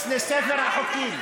לספר החוקים.